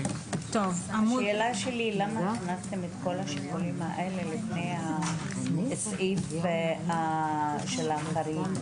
השאלה שלי למה הכנסתם את כל השיקולים האלה לפני הסעיף של החריג?